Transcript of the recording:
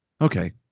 Okay